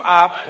up